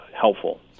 helpful